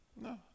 No